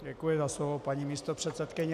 Děkuji za slovo, paní místopředsedkyně.